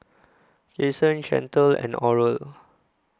Cason Chantelle and Oral